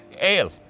ale